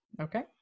okay